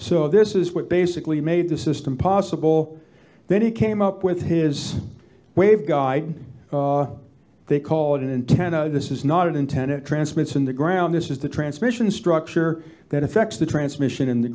so this is what basically made the system possible then he came up with his waveguide they call it intent this is not intend it transmits in the ground this is the transmission structure that effects the transmission in the